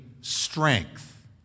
strength